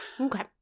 Okay